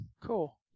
Cool